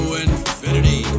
infinity